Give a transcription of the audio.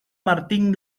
martín